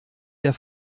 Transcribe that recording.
der